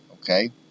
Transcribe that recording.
okay